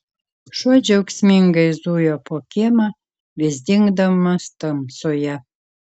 šuo džiaugsmingai zujo po kiemą vis dingdamas tamsoje